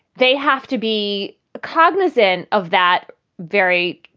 they have to be cognizant of that very